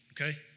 Okay